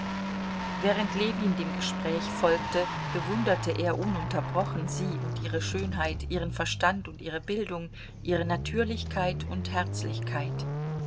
während ljewin dem gespräch folgte bewunderte er ununterbrochen sie und ihre schönheit ihren verstand und ihre bildung ihre natürlichkeit und herzlichkeit